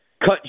Cut